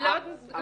אני לא מתכוונת,